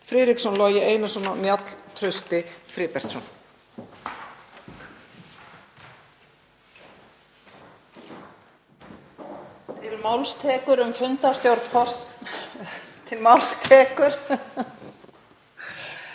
Friðriksson, Logi Einarsson og Njáll Trausti Friðbertsson.